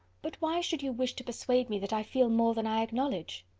but why should you wish to persuade me that i feel more than i acknowledge?